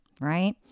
right